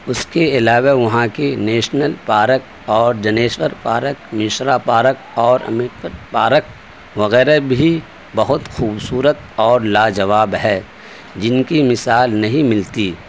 اس کے علاوہ وہاں کی نیشنل پارک اور جنیشور پارک مشرا پارک اور امت پارک وغیرہ بھی بہت خوبصورت اور لاجواب ہے جن کی مثال نہیں ملتی